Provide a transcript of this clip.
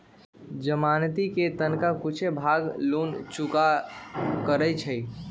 जमानती कें तनका कुछे भाग लोन चुक्ता करै छइ